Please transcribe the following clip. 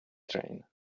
train